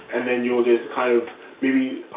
and then you'll, there's kind of maybe